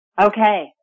Okay